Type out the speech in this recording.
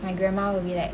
my grandma will be like